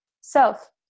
self